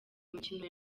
umukino